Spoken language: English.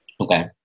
Okay